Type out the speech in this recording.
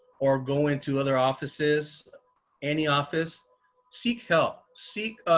or go into other offices any office seek help, seek